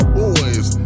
boys